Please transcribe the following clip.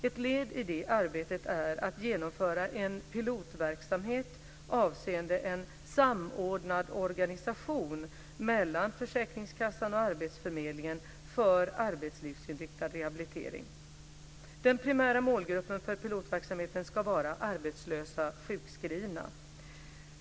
Ett led i det arbetet är att genomföra en pilotverksamhet avseende en samordnad organisation mellan försäkringskassan och arbetsförmedlingen för arbetslivsinriktad rehabilitering. Den primära målgruppen för pilotverksamheten ska vara arbetslösa sjukskrivna.